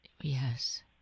Yes